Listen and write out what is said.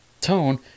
tone